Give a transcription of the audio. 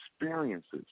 experiences